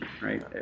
right